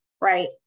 right